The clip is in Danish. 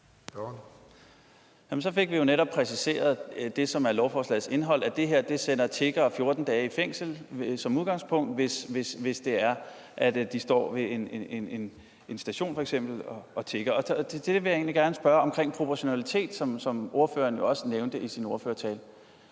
Så fik vi jo netop præciseret det, som er lovforslagets indhold, nemlig at det her sender tiggere 14 dage i fængsel som udgangspunkt, hvis de f.eks. står ved en station og tigger. Jeg vil egentlig gerne spørge om proportionaliteten i det her, som ordføreren også nævnte i sin ordførertale.